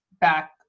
back